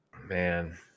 Man